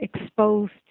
exposed